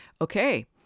okay